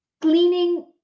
Cleaning